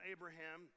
Abraham